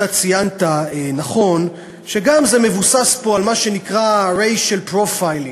אתה ציינת נכון שזה גם מבוסס פה על מה שנקרא racial profiling.